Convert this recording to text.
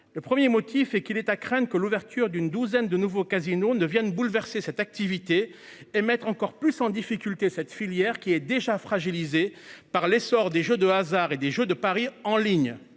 Le 1er motif et qu'il est à craindre que l'ouverture d'une douzaine de nouveau casino ne viennent bouleverser cette activité et mettre encore plus en difficulté. Cette filière qui est déjà fragilisée par l'essor des jeux de hasard et des jeux de paris en ligne.